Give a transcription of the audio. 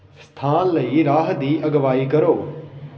ਸਥਾਨ ਲਈ ਰਾਹ ਦੀ ਅਗਵਾਈ ਕਰੋ